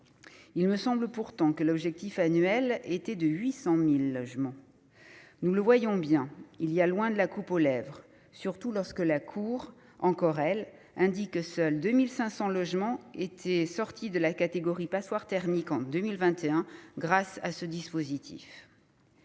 Il me semble pourtant que l'objectif annuel était de 800 000 logements. Nous le voyons bien, il y a loin de la coupe aux lèvres, surtout que la Cour, encore elle, indique que seuls 2 500 logements étaient sortis de la catégorie « passoire thermique » en 2021 grâce à ce dispositif.